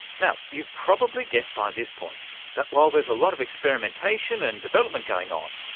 now, you've probably guessed by this point that while there's a lot of experimentation and development going on,